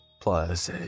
Plus